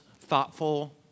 thoughtful